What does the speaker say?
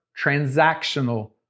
transactional